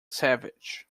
savage